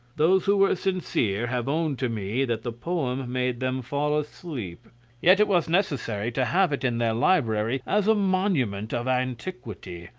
those who were sincere have owned to me that the poem made them fall asleep yet it was necessary to have it in their library as a monument of antiquity,